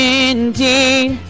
indeed